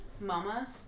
Mamas